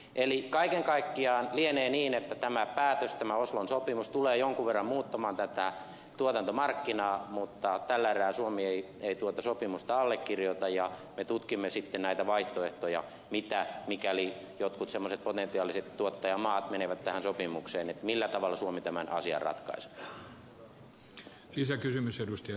eli kaiken kaikkiaan lienee niin että tämä päätös tämä oslon sopimus tulee jonkun verran muuttamaan tätä tuotantomarkkinaa mutta tällä erää suomi ei tuota sopimusta allekirjoita ja me tutkimme sitten näitä vaihtoehtoja mikäli jotkut potentiaaliset tuottajamaat menevät tähän sopimukseen millä tavalla suomi tämän asian ratkaisee